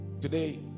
today